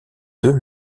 deux